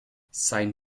sein